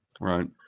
Right